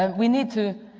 um we need to,